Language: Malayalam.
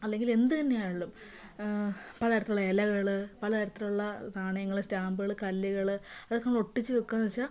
അല്ലെങ്കിൽ എന്ത് തന്നെ ആണേലും പലതരത്തിലുള്ള ഇലകൾ പലതരത്തിലുള്ള നാണയങ്ങൾ സ്റ്റാമ്പുകൾ കല്ലുകൾ അതൊക്കെ നമ്മൾ ഒട്ടിച്ച് വെക്കുകയെന്നു വെച്ചാൽ